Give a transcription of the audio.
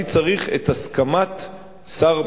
אני צריך את הסכמת שר,